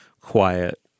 quiet